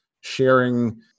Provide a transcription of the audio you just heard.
sharing